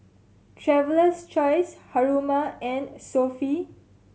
Traveler's Choice Haruma and Sofy